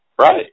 Right